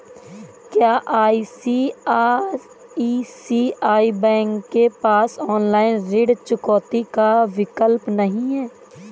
क्या ICICI bank के पास ऑनलाइन ऋण चुकौती का विकल्प नहीं है?